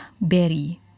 berry